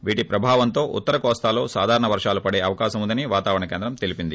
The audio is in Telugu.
వీటి ప్రభావంతో ఉత్తరకోస్తాలో సాధారణ వర్షాలు పడే అవకాసం వుందని వాతావరణ కేంద్రం తెలిపింది